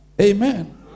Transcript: Amen